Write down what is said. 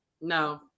No